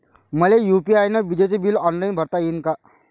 मले यू.पी.आय न विजेचे बिल ऑनलाईन भरता येईन का?